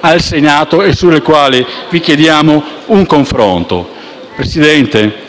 al Senato e sui quali vi chiediamo un confronto. Signor Presidente,